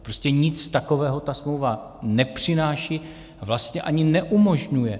Prostě nic takového ta smlouva nepřináší, vlastně ani neumožňuje.